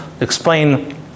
explain